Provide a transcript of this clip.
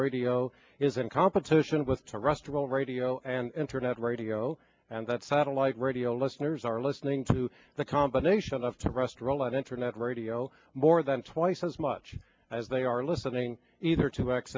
radio is in competition with to rusty old radio and internet radio and that satellite radio listeners are listening to the combination of to rest roll and internet radio more than twice as much as they are listening either to